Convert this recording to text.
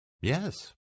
Yes